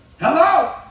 Hello